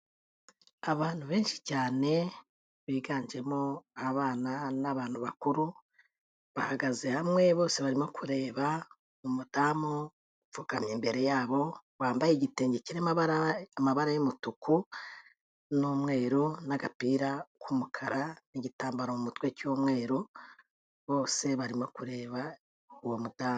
Abantu benshi cyane biganjemo abana n'abantu bakuru, bahagaze hamwe bose barimo kureba umudamu upfukamye imbere yabo, wambaye igitenge cy'amabara, amabara y'umutuku n'umweru n'agapira k'umukara, n'igitambaro mu mutwe cy'umweru, bose barimo kureba uwo mudamu.